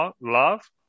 Love